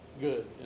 good